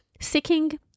seeking